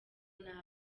nabi